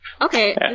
okay